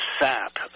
sap